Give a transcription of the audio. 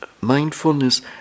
mindfulness